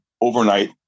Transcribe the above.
overnight